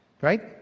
Right